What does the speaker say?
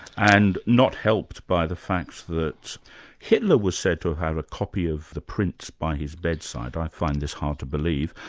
and not helped by the fact that hitler was said to have had a copy of the prince by his bedside. i find this hard to believe,